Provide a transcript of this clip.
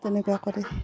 তেনেকুৱা কৰি